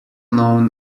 known